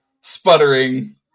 sputtering